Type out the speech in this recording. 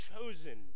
chosen